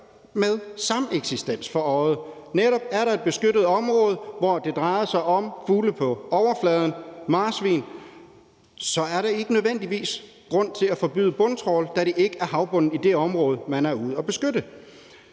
med sameksistens for øje. Er der et beskyttet område, hvor det drejer sig om fugle på overfladen eller marsvin, så er der ikke nødvendigvis grund til at forbyde bundtrawl, da det ikke havbunden i det område, man er ude at beskytte.